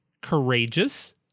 Courageous